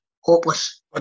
Hopeless